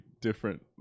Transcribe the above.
different